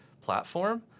platform